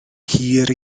hir